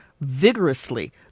vigorously